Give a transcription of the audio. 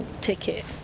ticket